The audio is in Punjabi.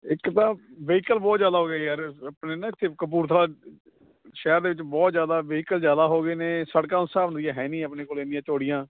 ਇੱਕ ਤਾਂ ਵਹੀਕਲ ਬਹੁਤ ਜ਼ਿਆਦਾ ਹੋ ਗਏ ਯਾਰ ਆਪਣੇ ਨਾ ਇੱਥੇ ਕਪੂਰਥਲਾ ਸ਼ਹਿਰ ਦੇ ਵਿੱਚ ਬਹੁਤ ਜ਼ਿਆਦਾ ਵਹੀਕਲ ਜ਼ਿਆਦਾ ਹੋ ਗਏ ਨੇ ਸੜਕਾਂ ਉਸ ਹਿਸਾਬ ਦੀਆਂ ਹੈ ਨਹੀਂ ਆਪਣੇ ਕੋਲੇ ਇੰਨੀਆਂ ਚੌੜੀਆਂ